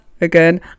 again